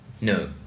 no